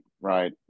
right